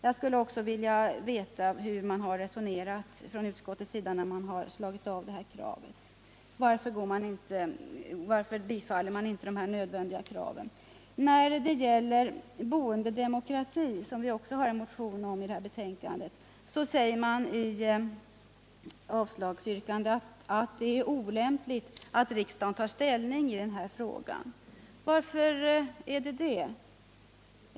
Jag skulle också vilja veta hur utskottet har resonerat när man avstyrkt detta krav. Varför tillstyrker man inte tillgodoseendet av de här viktiga kraven? När det gäller boendedemokrati, som vi också väckt en motion om som behandlas i det här betänkandet, säger utskottet i avslagsyrkandet att det är olämpligt att riksdagen tar ställning i den här frågan. Varför är det det?